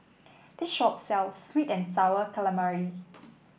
this shop sells sweet and sour calamari